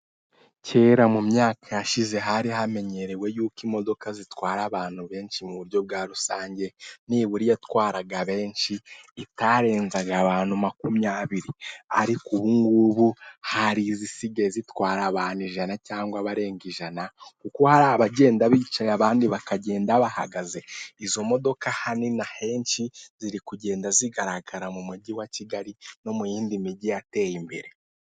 Kera mu myaka yashize hari hamenyerewe yuko imodoka zitwara abantu benshi mu buryo bwa rusange nibura iyatwaraga benshi itarenzaga makumyabiri, ariko ubu ngubu hari izisigaye zitwara abantu ijana cyangwa abarenga ijana kuko hari abagenda bicaye abandi bakagenda bahagaze, izo modoka ahanini ahenshi ziri kugenda zigaragara mu mujyi wa Kigali no mu yindi mijyi yateye imbere.